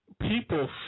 people